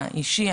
האישי,